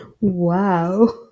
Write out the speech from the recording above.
wow